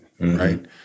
right